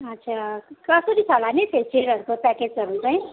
अच्छा कसरी छ होला नि फेसियलहरूको प्याकेजहरू चाहिँ